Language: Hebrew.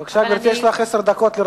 בבקשה, גברתי, לרשותך עשר דקות.